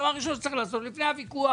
דבר ראשון שצריך לעשות, לפני הוויכוח,